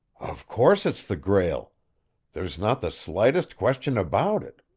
of course it's the grail there's not the slightest question about it.